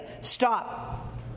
Stop